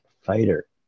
fighter